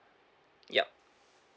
yup